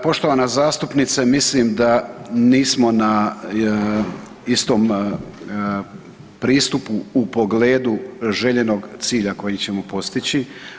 Poštovana zastupnice, mislim da nismo na istom pristupu u pogledu željenog cilja koji ćemo postići.